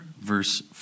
verse